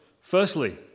firstly